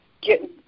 get